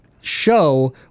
show